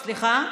סליחה?